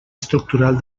estructural